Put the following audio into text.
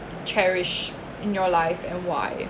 cherish in your life and why